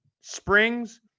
Springs